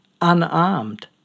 unarmed